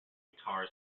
guitar